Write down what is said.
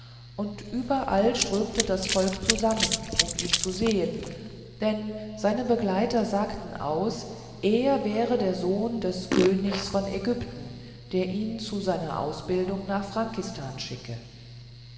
und über all strömte das volk zusammen um ihn zu sehen denn seine begleiter sagten aus er wäre der sohn des königs von ägypten der ihn zu seiner ausbildung nach frankistan schicke